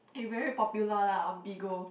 he very popular lah on Bigo